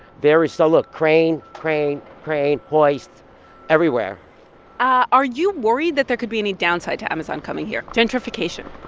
there is so look. crane, crane, crane, hoist everywhere are you worried that there could be any downside to amazon coming here gentrification?